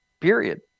Period